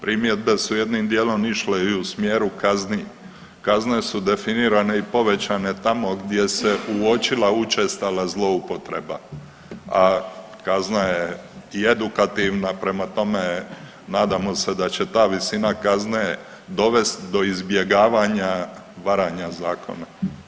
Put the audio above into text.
Primjedbe su jednim dijelom išle u smjeru kazni, kazne su definirane i povećane tamo gdje se uočila učestala zloupotreba, a kazna je i edukativna, prema tome, nadamo se da će ta visina kazne dovesti do izbjegavanja varanja Zakona.